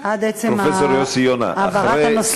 עצם העברת הנושא,